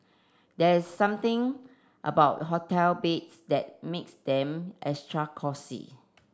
there is something about hotel beds that makes them extra cosy